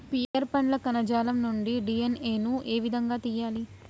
Pear పండ్ల కణజాలం నుండి డి.ఎన్.ఎ ను ఏ విధంగా తియ్యాలి?